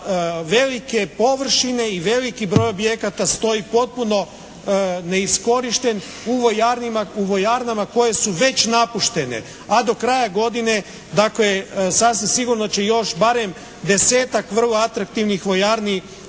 velike površine i veliki broj objekata stoji potpuno neiskorišten u vojarnama koje su već napuštene a do kraja godine dakle sasvim sigurno će još barem desetak vrlo atraktivnih vojarni